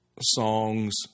songs